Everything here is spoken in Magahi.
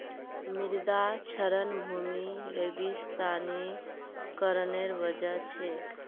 मृदा क्षरण भूमि रेगिस्तानीकरनेर वजह छेक